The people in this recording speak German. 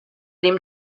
dem